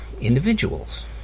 individuals